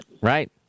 Right